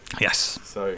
Yes